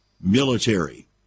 military